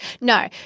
no